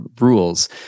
rules